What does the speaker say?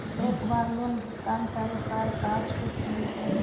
एक बार लोन भुगतान करे पर का छुट मिल तइ?